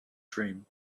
dream